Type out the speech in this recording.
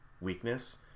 weakness